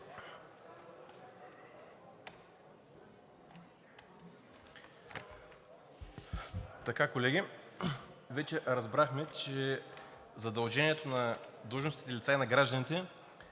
Колеги, вече разбрахме, че задължението на длъжностните лица и на гражданите